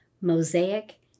Mosaic